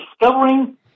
discovering